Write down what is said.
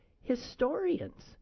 historians